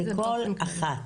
זה כל אחת.